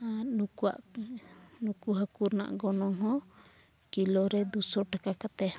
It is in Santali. ᱟᱨ ᱱᱩᱠᱩᱣᱟᱜ ᱱᱩᱠᱩ ᱦᱟᱹᱠᱩ ᱨᱮᱱᱟᱜ ᱜᱚᱱᱚᱝ ᱦᱚᱸ ᱠᱤᱞᱳ ᱨᱮ ᱫᱩ ᱥᱚ ᱴᱟᱠᱟ ᱠᱟᱛᱮᱫ